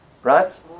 Right